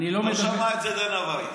לא שמעה את זה דנה ויס.